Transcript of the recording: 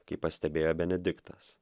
kaip pastebėjo benediktas